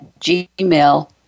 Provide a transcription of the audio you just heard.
gmail